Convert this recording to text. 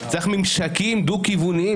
צריך ממשקים דו-כיווניים.